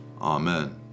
Amen